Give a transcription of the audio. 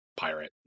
pirate